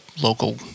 local